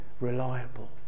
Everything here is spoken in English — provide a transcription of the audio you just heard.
reliable